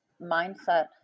mindset